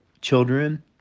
children